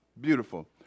Beautiful